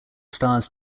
stars